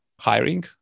hiring